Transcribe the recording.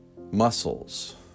Muscles